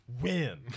Win